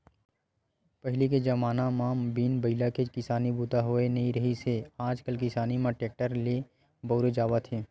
पहिली के जमाना म बिन बइला के किसानी बूता ह होवत नइ रिहिस हे आजकाल किसानी म टेक्टर ल बउरे जावत हे